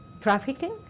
trafficking